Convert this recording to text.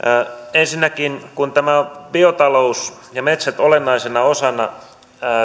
ensinnäkin kun biotalous ja metsät olennaisena osana